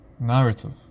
narrative